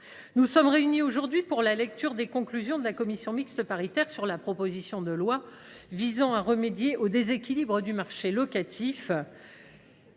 nous examinons aujourd’hui les conclusions de la commission mixte paritaire sur la proposition de loi visant à remédier aux déséquilibres du marché locatif.